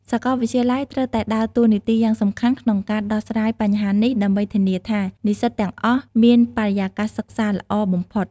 សាកលវិទ្យាល័យត្រូវតែដើរតួនាទីយ៉ាងសកម្មក្នុងការដោះស្រាយបញ្ហានេះដើម្បីធានាថានិស្សិតទាំងអស់មានបរិយាកាសសិក្សាល្អបំផុត។